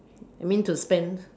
I mean to spend